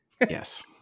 Yes